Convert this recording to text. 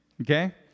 Okay